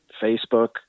facebook